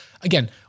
again